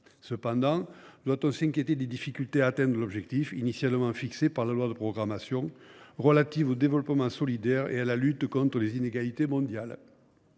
autant, nous inquiéter des difficultés à atteindre l’objectif, initialement fixé par la loi de programmation relative au développement solidaire et à la lutte contre les inégalités mondiales ?